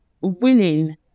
willing